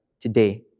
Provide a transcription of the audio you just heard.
today